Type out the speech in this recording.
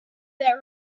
that